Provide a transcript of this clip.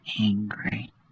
angry